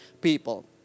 people